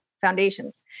foundations